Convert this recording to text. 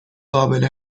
قابل